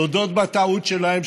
להודות בטעות שלהם,